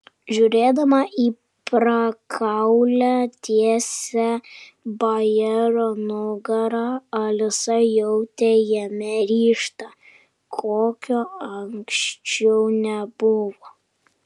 žiūrėdama į prakaulią tiesią bajaro nugarą alisa jautė jame ryžtą kokio anksčiau nebuvo